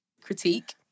critique